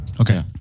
okay